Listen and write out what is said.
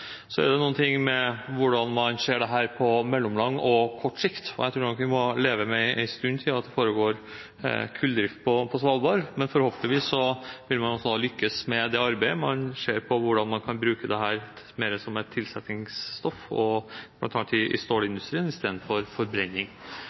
Så er det noe med hvordan man ser dette på kort og mellomlang sikt. Jeg tror vi må leve med en stund til at det foregår kulldrift på Svalbard. Men forhåpentligvis vil man også lykkes med arbeidet med hvordan man kan bruke dette mer som et tilsetningsstoff bl.a. i stålindustrien enn til forbrenning.